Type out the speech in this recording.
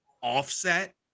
offset